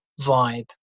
vibe